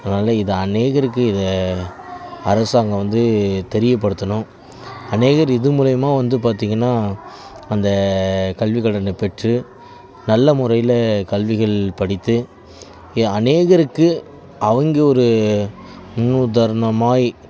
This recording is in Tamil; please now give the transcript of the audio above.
அதனால இது அநேகருக்கு இதை அரசாங்கம் வந்து தெரியப்படுத்தணும் அநேகர் இது மூலியமாக வந்து பார்த்திங்கனா அந்த கல்விக்கடனை பெற்று நல்ல முறையில கல்விகள் படித்து அநேகருக்கு அவங்க ஒரு முன்னுதாரணமாய்